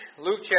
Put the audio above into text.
Luke